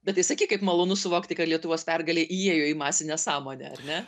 bet tai sakyk kaip malonu suvokti kad lietuvos pergalė įėjo į masinę sąmonę ar ne